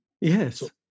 yes